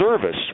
service